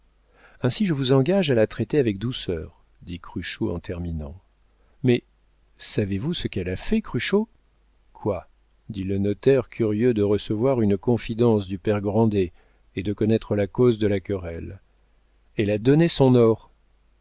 ainsi je vous engage à la traiter avec douceur dit cruchot en terminant mais savez-vous ce qu'elle a fait cruchot quoi dit le notaire curieux de recevoir une confidence du père grandet et de connaître la cause de la querelle elle a donné son or